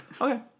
okay